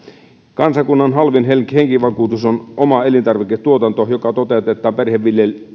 kansakunnan halvin henkivakuutus on oma elintarviketuotanto joka toteutetaan perheviljelmillä